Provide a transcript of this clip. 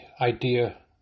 idea